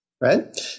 right